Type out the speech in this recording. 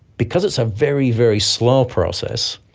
because it's a very, very slow process,